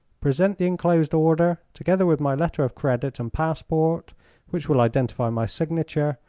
present the enclosed order, together with my letter of credit and passport which will identify my signature,